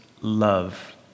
love